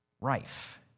rife